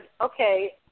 okay